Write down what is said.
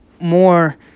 more